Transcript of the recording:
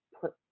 put